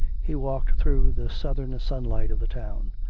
he walked through the southern sunlight of the town.